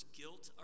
guilt